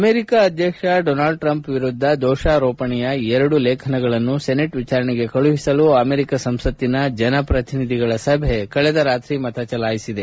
America ಅಧ್ಯಕ್ಷ Donald Trump ವಿರುದ್ದ ದೋಷಾರೋಪಣೆಯ ಎರಡು ಲೇಖನಗಳನ್ನು ಸೆನೆಟ್ ವಿಚಾರಣೆಗೆ ಕಳುಹಿಸಲು ಅಮೆರಿಕ ಸಂಸತ್ತಿನ ಜನಪ್ರತಿನಿಧಿಗಳ ಸಭೆ ಕಳೆದ ರಾತ್ರಿ ಮತ ಚಲಾಯಿಸಿದೆ